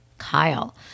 kyle